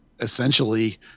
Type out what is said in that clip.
essentially